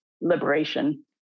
liberation